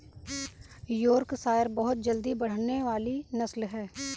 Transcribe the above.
Yorkshire बहुत जल्दी बढ़ने वाली नस्ल है